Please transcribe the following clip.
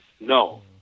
No